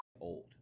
old